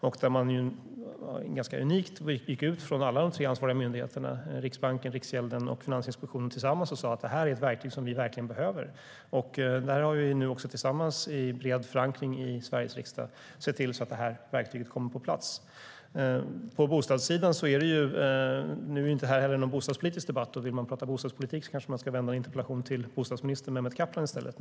Man gick tillsammans ganska unikt ut från de tre ansvariga myndigheterna, Riksbanken, Riksgälden och Finansinspektionen, och sa: Det här är ett verktyg som vi verkligen behöver. Vi har nu tillsammans i bred förankring i Sveriges riksdag sett till att det verktyget kommer på plats. Det här är inte någon bostadspolitisk debatt. Vill man prata bostadspolitik kanske man ska rikta en interpellation till bostadsminister Mehmet Kaplan i stället.